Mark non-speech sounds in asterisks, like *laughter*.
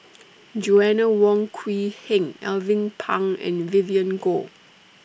*noise* Joanna Wong Quee Heng Alvin Pang and Vivien Goh